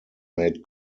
made